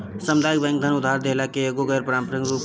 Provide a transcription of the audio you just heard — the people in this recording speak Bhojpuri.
सामुदायिक बैंक धन उधार देहला के एगो गैर पारंपरिक रूप हवे